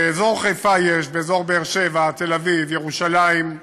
באזור חיפה יש, באזור באר-שבע, תל-אביב, ירושלים.